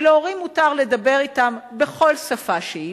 שלהורים מותר לדבר אתם בכל שפה שהיא,